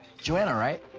joanna, right?